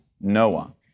Noah